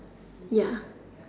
ya